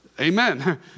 Amen